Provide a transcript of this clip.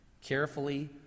carefully